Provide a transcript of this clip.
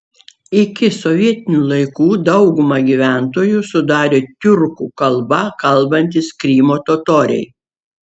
iki sovietinių laikų daugumą gyventojų sudarė tiurkų kalba kalbantys krymo totoriai